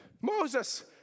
Moses